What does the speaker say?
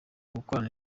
gukorana